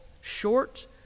short